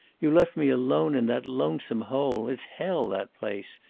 you left me alone in that lonesome hole. it's hell, that place.